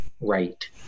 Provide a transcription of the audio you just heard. right